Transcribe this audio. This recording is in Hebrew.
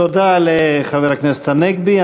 תודה לחבר הכנסת הנגבי.